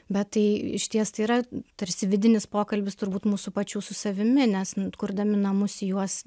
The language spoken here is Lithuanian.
bet tai išties tai yra tarsi vidinis pokalbis turbūt mūsų pačių su savimi nes kurdami namus į juos